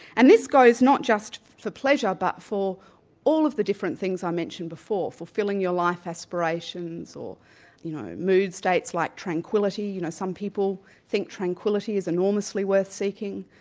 and this goes not just for pleasure but for all of the different things i mentioned before fulfilling your life aspirations, or you know mood states like tranquility. you know, some people think tranquility is enormously worth seeking,